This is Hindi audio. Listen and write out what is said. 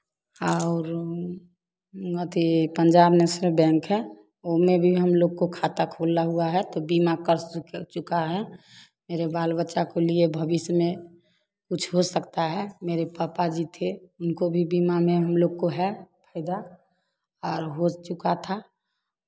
और एथि पंजाब नेशनल बैंक है उनमें भी हम लोग को खाता खुला हुआ है तो बीमा कर चुका है मेरे बाल बच्चा को लिए भविष्य में कुछ हो सकता है मेरे पापाजी थे उनको भी बीमा में हम लोग को है फ़ायदा और हो चुका था